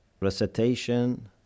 recitation